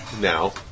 now